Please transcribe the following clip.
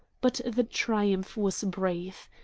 but the triumph was brief.